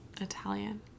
Italian